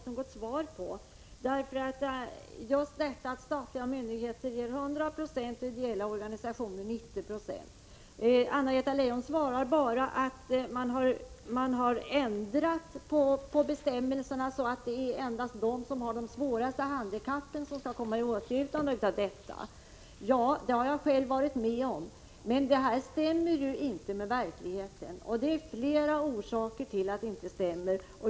När det gäller just detta att statliga myndigheter ges 100 20 och ideella organisationer 90 20 lönebidrag säger Anna-Greta Leijon att man ändrat bestämmelserna så att det endast är de som har de svåraste handikappen som skall komma i åtnjutande av detta lönebidrag. Jag vet av erfarenhet att detta av flera skäl inte stämmer med verkligheten.